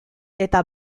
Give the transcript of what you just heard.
eta